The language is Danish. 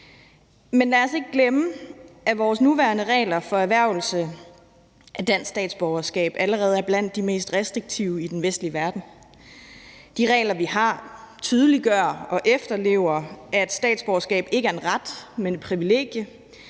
Men lad os ikke glemme, at vores nuværende regler for erhvervelse af dansk statsborgerskab allerede er blandt de mest restriktive i den vestlige verden. De regler, vi har, tydeliggør og efterlever, at statsborgerskab ikke er en ret, men et privilegie,